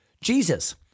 Jesus